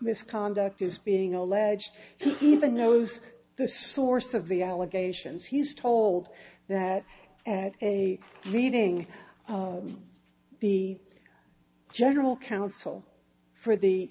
misconduct is being alleged even knows the source of the allegations he's told that at a meeting the general counsel for the